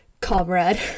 comrade